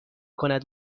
کند